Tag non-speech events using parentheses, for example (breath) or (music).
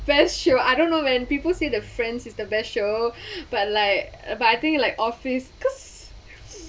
friends show I don't know when people see the friends is the best show (breath) but like but I think I like office cause